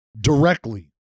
directly